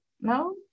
No